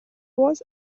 was